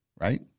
right